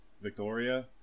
Victoria